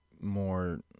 More